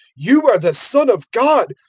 you are the son of god,